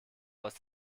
aus